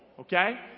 Okay